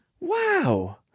Wow